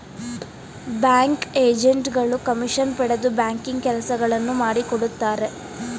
bank agent ಗಳು commission ಪಡೆದು banking ಕೆಲಸಗಳನ್ನು ಮಾಡಿಕೊಡುತ್ತಾರೆ